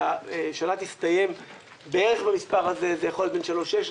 שהממשלה תסתיים בערך במספר הזה - זה יכול בין 3.6%,